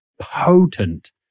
potent